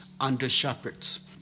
under-shepherds